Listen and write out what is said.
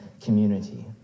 community